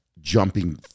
jumping